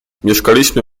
mieszkaliśmy